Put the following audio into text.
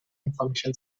information